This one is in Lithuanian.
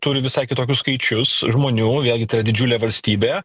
turi visai kitokius skaičius žmonių vėlgi tai yra didžiulė valstybė